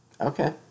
Okay